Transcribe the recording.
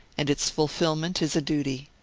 and its fulfilment is a duty.